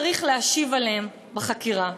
צריך להשיב עליהן בחקירה: